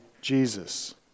Jesus